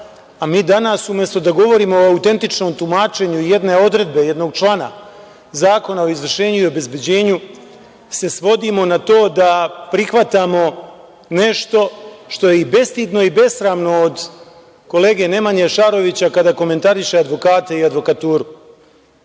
a mi danas, umesto da govorimo o autentičnom tumačenju jedne odredbe, jednog člana Zakona o izvršenju i obezbeđenju se svodimo na to da prihvatamo nešto što je i bestidno i besramno od kolege Nemanje Šarovića kada komentariše advokate i